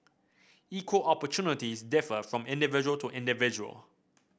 equal opportunities differ from individual to individual